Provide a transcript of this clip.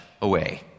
away